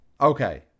Okay